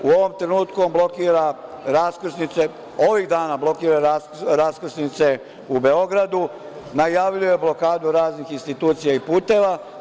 U ovom trenutku on blokira raskrsnice, ovih dana on blokira raskrsnice u Beogradu, najavljuje blokadu raznih institucija i puteva.